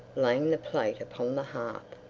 laying the plate upon the hearth.